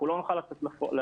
אנחנו בכלל לא נוכל לצאת לדרך.